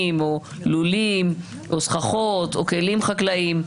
או לולים או סככות או כלים חקלאים.